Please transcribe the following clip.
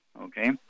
okay